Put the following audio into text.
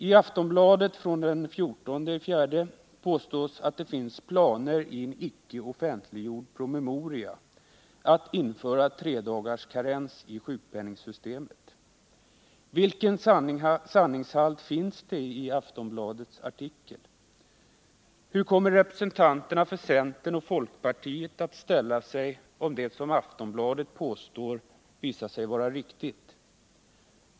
I Aftonbladet av den 14 april påstods att det i en icke offentliggjord promemoria finns planer att införa tredagarskarens i sjukpenningsystemet. Vilken sanningshalt finns det i Aftonbladets artikel? Hur kommer representanterna för centern och folkpartiet att ställa sig, om det som Aftonbladet påstår visar sig vara riktigt?